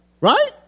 Right